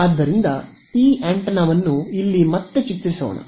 ಆದ್ದರಿಂದ ಈ ಆಂಟೆನಾವನ್ನು ಇಲ್ಲಿ ಮತ್ತೆ ಚಿತ್ರಿಸೋಣ